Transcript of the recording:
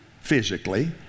physically